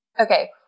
Okay